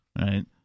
right